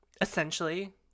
essentially